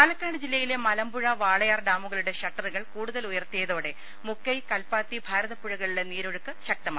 പാലക്കാട് ജില്ലയിലെ മലമ്പുഴ വാളയാർ ഡാമുകളുടെ ഷട്ടറുകൾ കൂടുതൽ ഉയർത്തിയതോടെ മുക്കൈ കല്പാത്തി ഭാരതപ്പുഴകളിലെ നീരൊഴുക്ക് ശക്തമായി